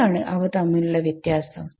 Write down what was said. എന്താണ് അവ തമ്മിലുള്ള വ്യത്യാസം